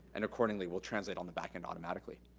and accordingly will translate on the backend automatically.